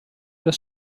das